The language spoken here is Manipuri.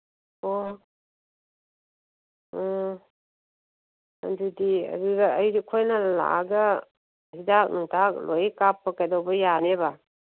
ꯑꯣ ꯑꯥ ꯑꯗꯨꯗꯤ ꯑꯗꯨꯗ ꯑꯩꯗꯨ ꯑꯩꯈꯣꯏꯅ ꯂꯥꯛꯑꯒ ꯍꯤꯗꯥꯛ ꯅꯨꯡꯊꯥꯛ ꯂꯣꯏ ꯀꯥꯞꯞ ꯀꯩꯗꯧꯕ ꯌꯥꯅꯦꯕ